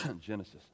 Genesis